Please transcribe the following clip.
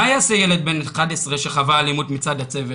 מה יעשה ילד בן 11 שחווה אלימות מצד הצוות?